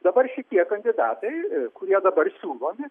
dabar šitie kandidatai kurie dabar siūlomi